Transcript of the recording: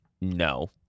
No